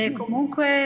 comunque